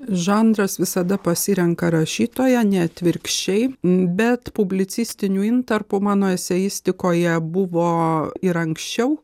žanras visada pasirenka rašytoją ne atvirkščiai bet publicistinių intarpų mano eseistikoje buvo ir anksčiau